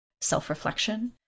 self-reflection